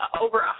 over